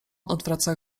odwraca